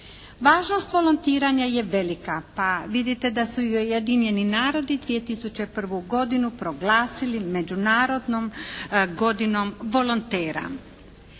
Važnost volontiranja je velika. Pa vidite da su i Ujedinjeni narodi 2001. godinu proglasili Međunarodnom godinom volontera.